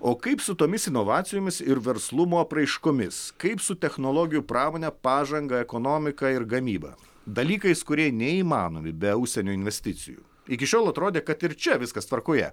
o kaip su tomis inovacijomis ir verslumo apraiškomis kaip su technologijų pramone pažanga ekonomika ir gamyba dalykais kurie neįmanomi be užsienio investicijų iki šiol atrodė kad ir čia viskas tvarkoje